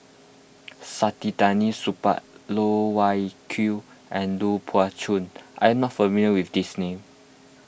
Saktiandi Supaat Loh Wai Kiew and Lui Pao Chuen are you not familiar with these names